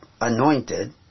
anointed